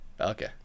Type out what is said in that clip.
Okay